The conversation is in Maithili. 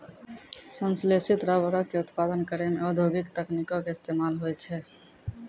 संश्लेषित रबरो के उत्पादन करै मे औद्योगिक तकनीको के इस्तेमाल होय छै